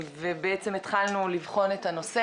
התחלנו לבחון את הנושא,